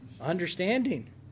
Understanding